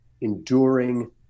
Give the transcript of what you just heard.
enduring